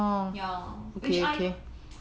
ya which I